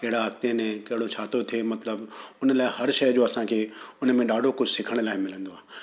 कहिड़ा ने कहिड़ो छा थो थिए मतिलबु उन लाइ हर शइ जो असांखे उन में ॾाढो कुझु सिखण लाइ मिलंदो आहे